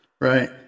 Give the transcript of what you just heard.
Right